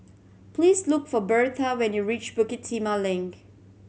please look for Birtha when you reach Bukit Timah Link